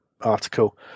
article